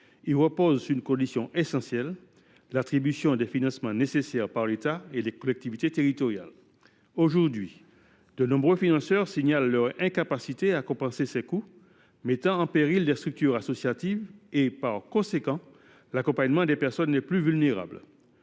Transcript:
il repose sur une condition essentielle : l’attribution des financements nécessaires par l’État et les collectivités territoriales. Or de nombreux financeurs signalent leur incapacité à compenser ces coûts, ce qui met en péril des structures associatives et, par conséquent, l’accompagnement des personnes les plus vulnérables.